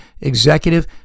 executive